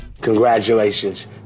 Congratulations